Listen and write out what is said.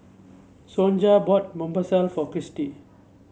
Sonja bought Monsunabe for Kristie